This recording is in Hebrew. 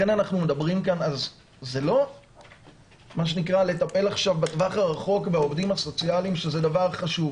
זה לא לטפל עכשיו בטווח הרחוק בעובדים הסוציאליים שזה דבר חשוב,